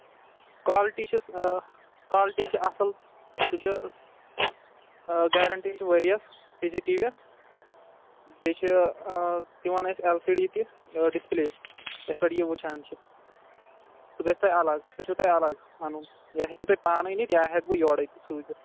quality چھَس quality چھِ اَصٕل سُہ چھُ گیرینٹی چھِ ؤرۍیَس سی سی ٹی وی یَس بیٚیہِ چھِ دِوان أسۍ ایل سی ڈی تہِ ڈِسپُلے یَتھ پٮ۪ٹھ یہِ وُچھان چھِ سُہ گژھِ تۄہہِ اَلگ سُہ چھُو تۄہہِ اَلگ اَنُن یا ہٮ۪کِو تُہۍ پانہٕ أنِتھ یا ہٮ۪کہٕ بہٕ یورے تہِ سوٗزِتھ